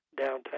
downtown